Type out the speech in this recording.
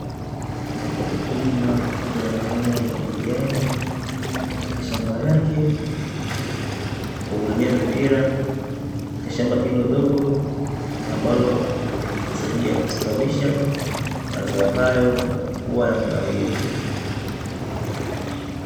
Mkulima akiwa anafanya umwagiliaji katika shamba lake kwa kutumia mipira katika shamba hilo dogo, ambalo itasaidia kustawisha mazao hayo nakukuwa na kunawiri.